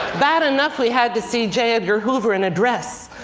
bad enough we had to see j. edgar hoover in a dress.